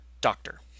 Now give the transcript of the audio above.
doctor